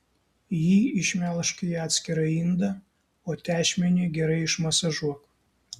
jį išmelžk į atskirą indą o tešmenį gerai išmasažuok